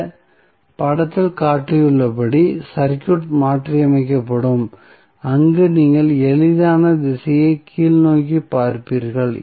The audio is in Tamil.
இந்த படத்தில் காட்டப்பட்டுள்ளபடி சர்க்யூட் மாற்றியமைக்கப்படும் அங்கு நீங்கள் எளிதான திசையை கீழ்நோக்கி பார்ப்பீர்கள்